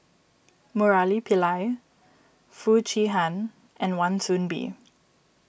Murali Pillai Foo Chee Han and Wan Soon Bee